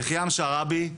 יחיעם שרעבי,